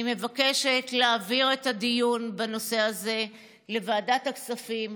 אני מבקשת להעביר את הדיון בנושא הזה לוועדת הכספים,